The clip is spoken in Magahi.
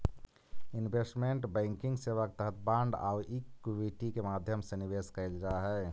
इन्वेस्टमेंट बैंकिंग सेवा के तहत बांड आउ इक्विटी के माध्यम से निवेश कैल जा हइ